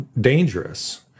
dangerous